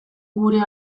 gure